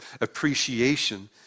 appreciation